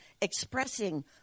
expressing